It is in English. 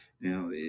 now